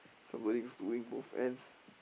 somebody's doing both ends